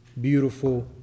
Beautiful